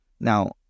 Now